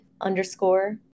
underscore